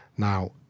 Now